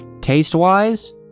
Taste-wise